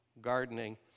gardening